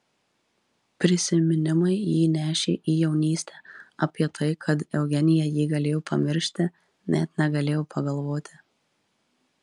prisiminimai jį nešė į jaunystę apie tai kad eugenija jį galėjo pamiršti net negalėjo pagalvoti